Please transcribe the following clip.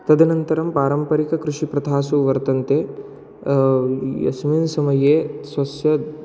तदनन्तरं पारम्परिककृषिप्रथासु वर्तन्ते यस्मिन् समये स्वस्य